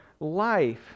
Life